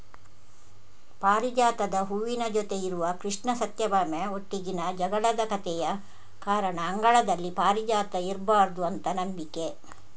ಪಾರಿಜಾತದ ಹೂವಿನ ಜೊತೆ ಇರುವ ಕೃಷ್ಣ ಸತ್ಯಭಾಮೆ ಒಟ್ಟಿಗಿನ ಜಗಳದ ಕಥೆಯ ಕಾರಣ ಅಂಗಳದಲ್ಲಿ ಪಾರಿಜಾತ ಇರ್ಬಾರ್ದು ಅಂತ ನಂಬಿಕೆ